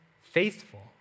faithful